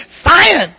Science